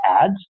ads